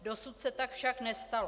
Dosud se tak však nestalo.